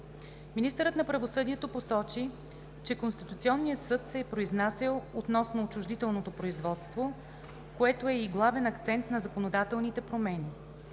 Министърът на правосъдието посочи, че Конституционният съд се е произнасял относно отчуждителното производство, което е и главен акцент на законодателните промени.